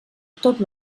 tot